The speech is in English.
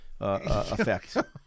effect